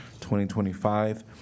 2025